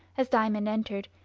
as diamond entered,